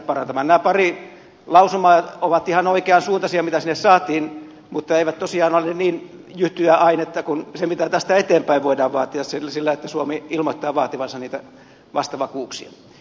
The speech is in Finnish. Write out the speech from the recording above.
nämä pari lausumaa jotka sinne saatiin ovat ihan oikeansuuntaisia mutta ne eivät tosiaan ole niin jytyä ainetta kuin se mitä tästä eteenpäin voidaan vaatia jos suomi ilmoittaa vaativansa niitä vastavakuuksia